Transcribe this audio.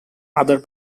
other